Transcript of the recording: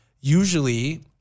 usually